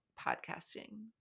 podcasting